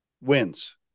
Wins